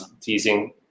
teasing